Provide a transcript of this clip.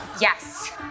Yes